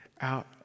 out